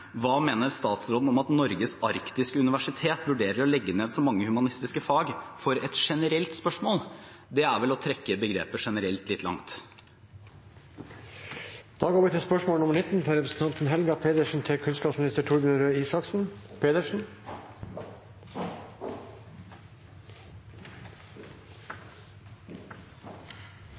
mener statsråden om at Norges arktiske universitet vurderer å legge ned så mange humanistiske fag?» for et generelt spørsmål, er vel å trekke begrepet «generelt» litt langt.